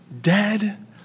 dead